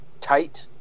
tight